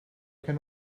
can